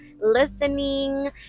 listening